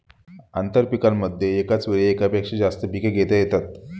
आंतरपीकांमध्ये एकाच वेळी एकापेक्षा जास्त पिके घेता येतात